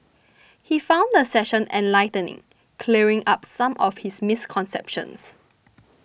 he found the session enlightening clearing up some of his misconceptions